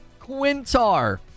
Quintar